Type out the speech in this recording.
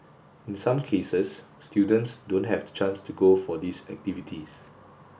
in some cases students don't have the chance to go for these activities